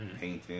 Painting